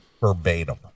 verbatim